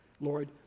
Lord